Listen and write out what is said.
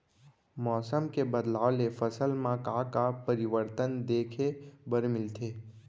मौसम के बदलाव ले फसल मा का का परिवर्तन देखे बर मिलथे?